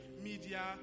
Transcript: media